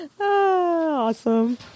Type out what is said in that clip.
Awesome